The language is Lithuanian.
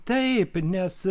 taip nes